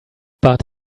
but